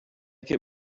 get